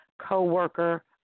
co-worker